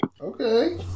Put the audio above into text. Okay